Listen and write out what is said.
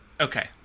Okay